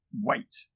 wait